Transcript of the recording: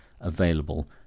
available